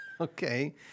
Okay